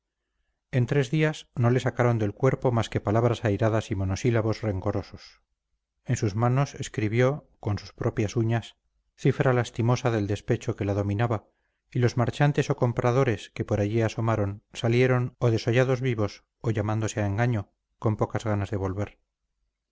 en tres días no le sacaron del cuerpo más que palabras airadas y monosílabos rencorosos en sus manos escribió con sus propias uñas cifra lastimosa del despecho que la dominaba y los marchantes o compradores que por allí asomaron salieron o desollados vivos o llamándose a engaño con pocas ganas de volver